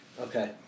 Okay